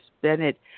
Bennett